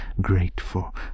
grateful